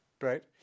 Right